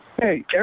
hey